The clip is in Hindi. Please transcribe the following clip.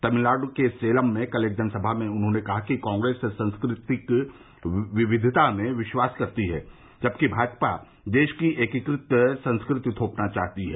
तमिलनाड के सेलम में कल एक जनसभा में उन्होंने कहा कि कांग्रेस सांस्कृतिक विविधता में विश्वास करती है जबकि भाजपा देश में एकीकृत संस्कृति थोपना चाहती है